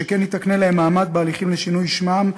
שכן היא תקנה להם מעמד בהליכים לשינוי שמם,